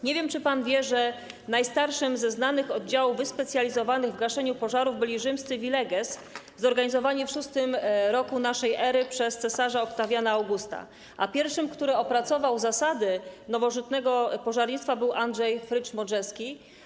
Nie wiem, czy pan wie, że najstarszym ze znanych oddziałów wyspecjalizowanych w gaszeniu pożarów byli rzymscy vigiles zorganizowani w 6 r. n.e. przez cesarza Oktawiana Augusta, a pierwszym, który opracował zasady nowożytnego pożarnictwa, był Andrzej Frycz-Modrzewski.